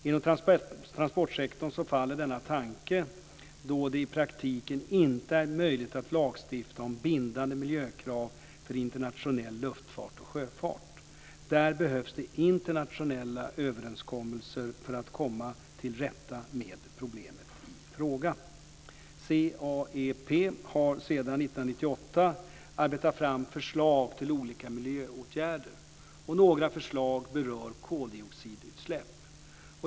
Inom transportsektorn faller denna tanke då det i praktiken inte är möjligt att lagstifta om bindande miljökrav för internationell luftfart och sjöfart. Där behövs det internationella överenskommelser för att komma till rätta med problemet i fråga. CAEP har sedan 1998 arbetat fram förslag till olika miljöåtgärder. Några förslag berör koldioxidutsläpp.